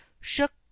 shook